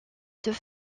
deux